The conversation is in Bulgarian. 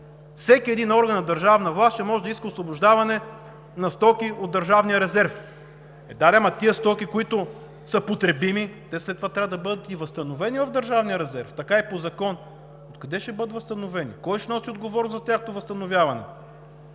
Всеки един орган на държавна власт ще може да иска освобождаване на стоки от Държавния резерв. Е да де, ама тези стоки, които са потребими, те все пак трябва да бъдат и възстановени в Държавния резерв, така е по закон. Откъде ще бъдат възстановени, кой ще носи отговорност за тяхното възстановяване?